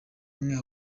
umwe